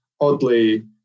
oddly